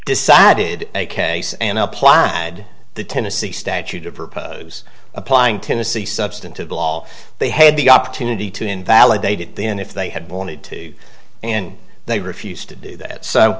decided a case and applied the tennessee statute to propose applying tennessee substantive law they had the opportunity to invalidate at the end if they had wanted to and they refused to do that so